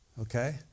Okay